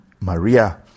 Maria